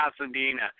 Pasadena